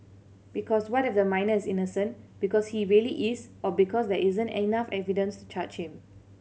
because what if the minor is innocent because he really is or because there isn't enough evidence to charge him